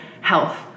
health